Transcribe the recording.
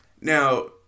Now